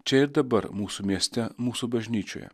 čia ir dabar mūsų mieste mūsų bažnyčioje